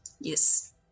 Yes